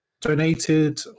donated